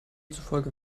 zufolge